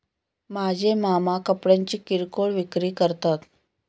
माझे मामा कपड्यांची किरकोळ विक्री करतात